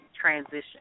transition